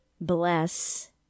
bless